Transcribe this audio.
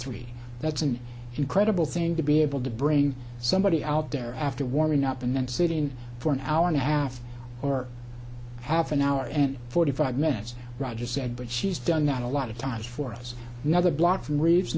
three that's an incredible thing to be able to bring somebody out there after warming up and then sit in for an hour and a half or half an hour and forty five minutes roger said but she's done that a lot of times for us another block